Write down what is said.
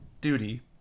duty